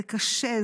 זה קשה.